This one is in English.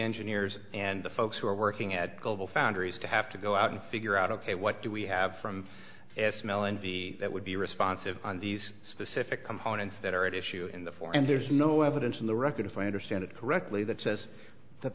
engineers and the folks who are working at globalfoundries to have to go out and figure out ok what do we have from smell and the that would be responsive on these specific components that are at issue in the form and there's no evidence in the record if i understand it correctly that says that